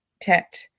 Tet